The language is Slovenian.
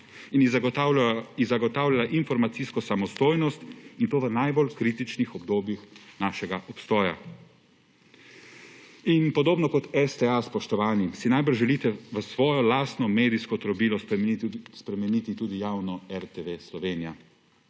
in ji zagotavljala informacijsko samostojnost in to v najbolj kritičnih obdobjih našega obstoja. Podobno kot STA, spoštovani, si najbrž želite v svojo lastno medijsko trobilo spremeniti tudi javno RTV Slovenija.